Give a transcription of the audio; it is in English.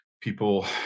people